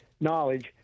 knowledge